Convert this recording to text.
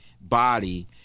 body